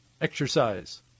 exercise